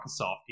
Microsoft